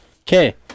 Okay